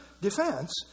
defense